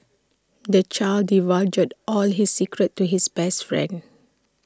the child divulged all his secrets to his best friend